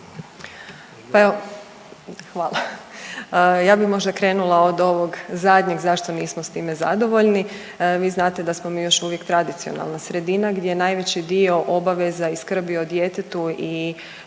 (HDZ)** Hvala. Ja bi možda krenula od ovog zadnjeg zašto nismo s time zadovoljni, vi znate da smo mi još uvijek tradicionalna sredina gdje najveći dio obaveza i skrbi o djetetu i